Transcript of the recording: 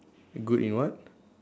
good in what